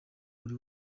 buri